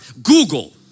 Google